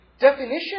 definition